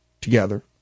together